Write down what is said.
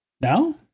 No